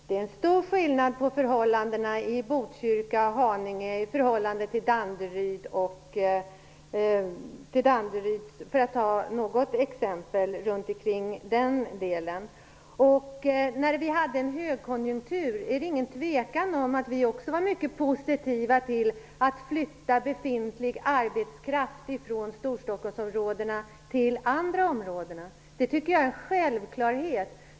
Det är t.ex. stor skillnad mellan Botkyrka och Haninge i förhållande till Det är inget tvivel om att vi, när det var högkonjunktur, också var mycket positiva till att flytta befintlig arbetskraft ifrån Storstockholm till andra områden. Det är en självklarhet.